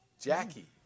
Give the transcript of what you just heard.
Jackie